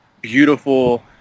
beautiful –